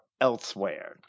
elsewhere